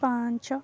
ପାଞ୍ଚ